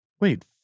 Wait